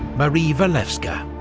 marie walewska.